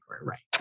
Right